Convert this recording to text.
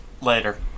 Later